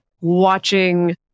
watching